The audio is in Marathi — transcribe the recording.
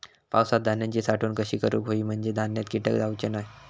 पावसात धान्यांची साठवण कशी करूक होई म्हंजे धान्यात कीटक जाउचे नाय?